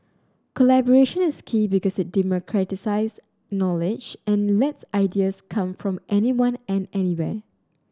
collaboration is key because it democratises knowledge and lets ideas come from anyone and anywhere